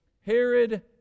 Herod